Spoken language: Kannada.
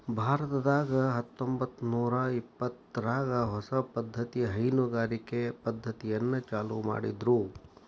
ಭಾರತದಾಗ ಹತ್ತಂಬತ್ತನೂರಾ ಇಪ್ಪತ್ತರಾಗ ಹೊಸ ಪದ್ದತಿಯ ಹೈನುಗಾರಿಕೆ ಪದ್ದತಿಯನ್ನ ಚಾಲೂ ಮಾಡಿದ್ರು